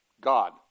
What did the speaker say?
God